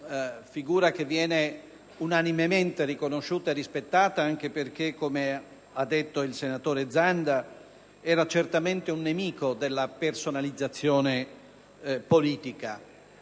figura viene unanimemente riconosciuta e rispettata anche perché - come ha detto il senatore Zanda - era certamente un nemico della personalizzazione politica